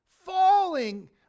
Falling